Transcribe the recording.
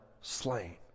slain